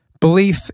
Belief